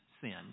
sin